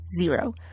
zero